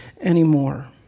anymore